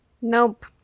Nope